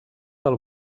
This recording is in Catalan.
del